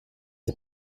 the